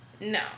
No